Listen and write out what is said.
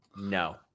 No